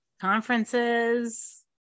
conferences